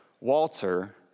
Walter